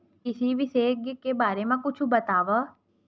कृषि विशेषज्ञ के बारे मा कुछु बतावव?